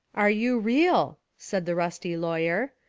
are you real? said the rusty lawyer.